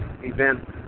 event